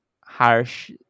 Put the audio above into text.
harsh